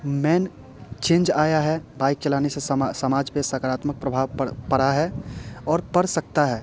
man change आया है bike चलाने से समाज पर सकारात्मक प्रभाव पड़ा है और पड़ सकता है